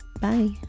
Bye